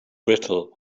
brittle